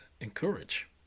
encourage